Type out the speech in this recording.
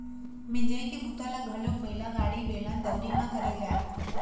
मिंजई के बूता ल घलोक बइला गाड़ी, बेलन, दउंरी म करे जाए